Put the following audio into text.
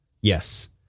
Yes